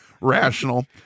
rational